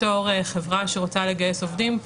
כמייצגת חברה שרוצה לגייס עובדים,